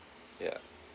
yeah